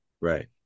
right